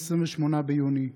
28 ביוני,